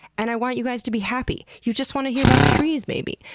and i want you guys to be happy. you just want to hear about trees, maybe.